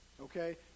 okay